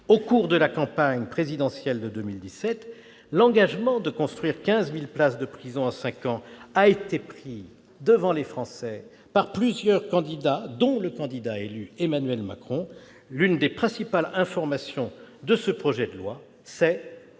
Au cours de la campagne présidentielle de 2017, l'engagement de construire 15 000 places de prison en cinq ans a été pris devant les Français par plusieurs candidats, dont Emmanuel Macron. L'une des principales informations apportées par ce projet de loi, c'est